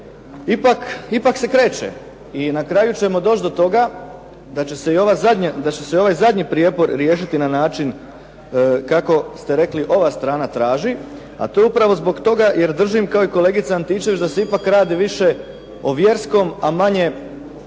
Ipak se kreše. I na kraju ćemo doći do toga, da će se i ovaj zadnji prijepor riješiti na način kako ste rekli, ova strana traži. A to je upravo zbog toga, jer držim kao i kolegica Atičević da se ipak radi više o vjerskom, a manje